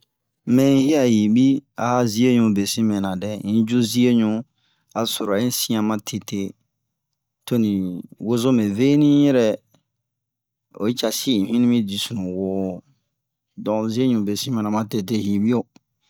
mɛ'i yiya yibi a zieɲu besin mɛna dɛ unɲi ɲu ju zieɲu a sura un'sian ma tete toni wozome veni yɛrɛ oyi casi un'yini mi di sunuwo don zieɲu besin mɛna ma tete hibio